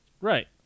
Right